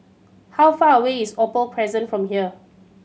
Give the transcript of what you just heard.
how far away is Opal Crescent from here